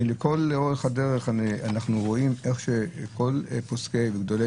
לכל אורך הדרך אנחנו רואים איך כל פוסקי וגדולי